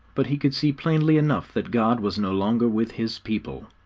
but he could see plainly enough that god was no longer with his people.